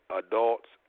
adults